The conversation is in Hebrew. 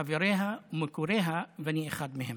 חבריה ומכריה, ואני אחד מהם.